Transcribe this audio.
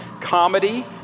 comedy